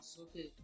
okay